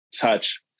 touch